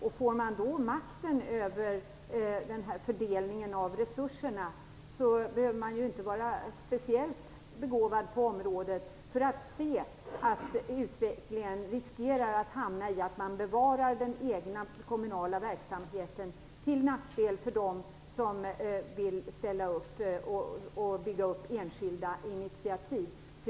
Om de berörda då får makten över fördelningen av resurserna behövs det inte någon speciell begåvning för att se att det är risk för att den egna kommunala verksamheten kommer att bevaras till nackdel för dem som vill ta enskilda initiativ.